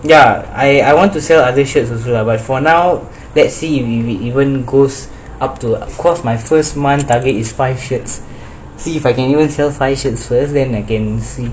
ya I I want to sell other shirts also lah but for now let's see we we even goes up to of course my first month target is five shirts see if I can even sells five shirt first then I can